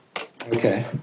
Okay